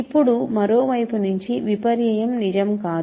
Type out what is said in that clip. ఇప్పుడు మరోవైపు నించి విపర్యయం నిజం కాదు